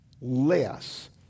less